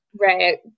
Right